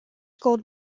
gold